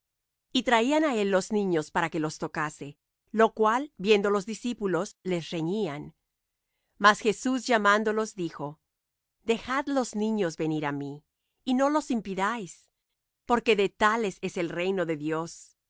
y traían á él los niños para que los tocase lo cual viendo los discípulos les reñían mas jesús llamándolos dijo dejad los niños venir á mí y no los impidáis porque de tales es el reino de dios